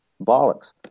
bollocks